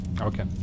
okay